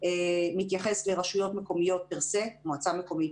מתייחס לרשויות מקומיות - מועצה מקומית,